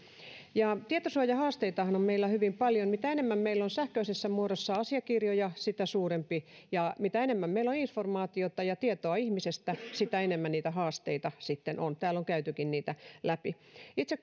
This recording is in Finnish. tietosuojahaasteitahan on meillä hyvin paljon mitä enemmän meillä on sähköisessä muodossa asiakirjoja sitä suurempi haaste ja mitä enemmän meillä on informaatiota ja tietoa ihmisestä sitä enemmän niitä haasteita sitten on täällä on käytykin niitä läpi itse